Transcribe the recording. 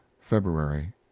February